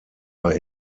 war